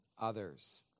others